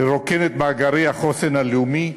לרוקן את מאגרי החוסן הלאומי,